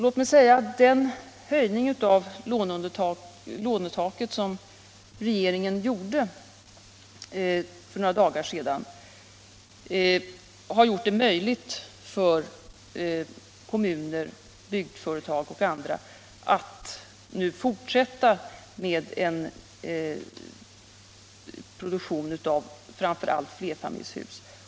Låt mig säga att den höjning av lånetaket som regeringen vidtog för några dagar sedan har gjort det möjligt för kommuner, byggföretag och andra att nu fortsätta med en produktion av framför allt flerfamiljshus.